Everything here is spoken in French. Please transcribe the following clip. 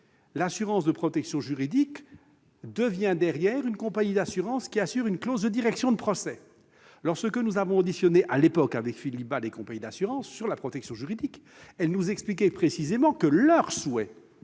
l'assurance de protection juridique devient une compagnie d'assurance qui assure une clause de direction du procès. Lorsque nous avions auditionné à l'époque avec Philippe Bas les compagnies d'assurance à propos de la protection juridique, ces dernières nous expliquaient précisément que leur souhait